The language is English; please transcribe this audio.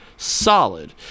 Solid